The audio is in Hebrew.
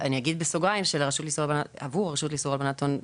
אגיד בסוגריים שעבור הרשות לאיסור הלבנת הון,